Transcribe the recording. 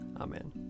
Amen